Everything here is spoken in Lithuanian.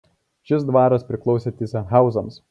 šis dvaras priklausė tyzenhauzams